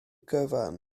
cyfan